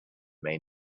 may